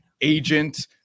agent